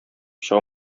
чыга